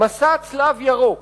"מסע צלב ירוק",